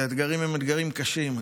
כי האתגרים הם אתגרים קשים,